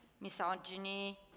misogyny